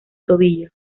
tobillo